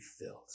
filled